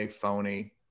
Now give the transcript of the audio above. phony